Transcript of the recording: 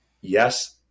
yes